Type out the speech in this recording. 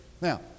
Now